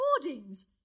recordings